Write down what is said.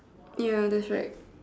ya that's right